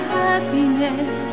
happiness